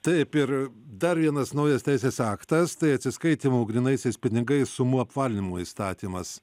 taip ir dar vienas naujas teisės aktas tai atsiskaitymų grynaisiais pinigais sumų apvalinimo įstatymas